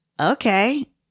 okay